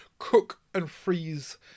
cook-and-freeze